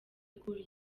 cool